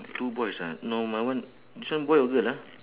two boys ah no my one this one boy or girl ah